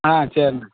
ஆ சரிண்ணே